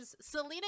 Selena